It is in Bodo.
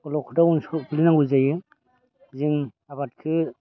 अलखदाव गोग्लैनांगौ जायो जों आबादखौ